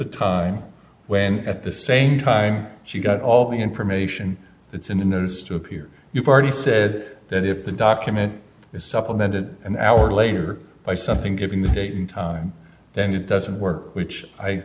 a time when at the same time she got all the information that's in the news to appear you've already said that if the document is supplemented an hour later by something given the date and time then it doesn't work which i